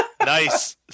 Nice